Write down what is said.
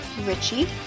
Richie